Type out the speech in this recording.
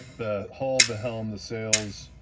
the hull, the helm, the sails,